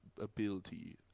ability